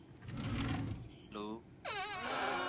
लो